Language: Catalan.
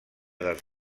dels